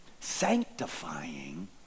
Sanctifying